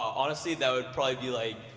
honestly, that would probably be like,